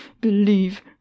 believe